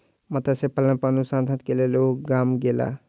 मत्स्य पालन पर अनुसंधान के लेल ओ गाम गेला